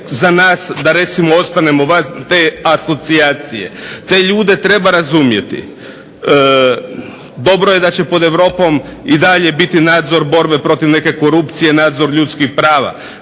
za nas da recimo ostanemo van te asocijacije. Te ljude treba razumjeti. Dobro je da će pod Europom i dalje biti nadzor borbe protiv neke korupcije, nadzor ljudskih prava.